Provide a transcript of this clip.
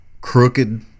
crooked